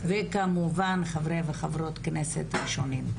כמובן, חברי וחברות כנסת ראשונים.